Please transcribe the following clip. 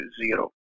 zero